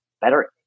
better